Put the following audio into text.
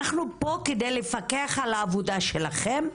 אנחנו פה כדי לפקח על העבודה שלכם.